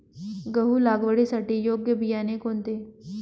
गहू लागवडीसाठी योग्य बियाणे कोणते?